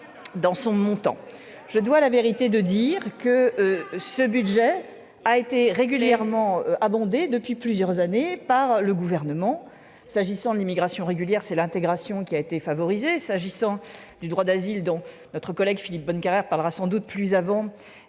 Je dois à la vérité de dire que ce budget a été régulièrement abondé, depuis plusieurs années, par le Gouvernement : pour ce qui concerne l'immigration régulière, c'est l'intégration qui a été favorisée ; pour ce qui est du droit d'asile, dont notre collègue Philippe Bonnecarrère parlera sans doute plus avant,